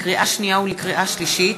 לקריאה שנייה ולקריאה שלישית: